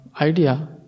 idea